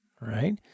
right